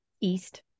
East